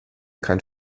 kein